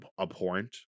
abhorrent